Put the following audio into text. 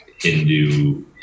Hindu